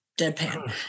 deadpan